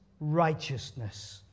righteousness